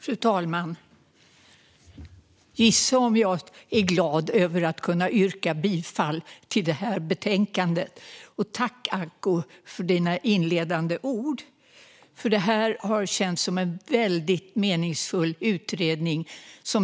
Fru talman! Gissa om jag är glad att kunna yrka bifall till förslaget i detta betänkande! Tack för dina inledande ord, Acko! Detta har känts som en väldigt meningsfull utredning.